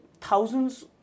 thousands